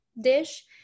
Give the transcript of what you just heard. dish